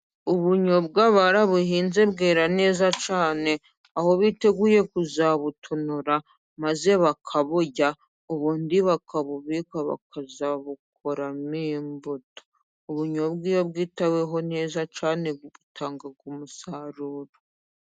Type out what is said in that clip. Ubunyobwa barabuhinze bwera neza cyane, aho biteguye kuzabutonora maze bakaburya, ubundi bakabubika, bakazabukuramo imbuto. Ubunyobwa iyo bwitaweho neza cyane, butanga umusaruro.